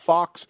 Fox